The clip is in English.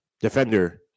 defender